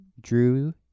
Drew